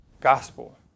gospel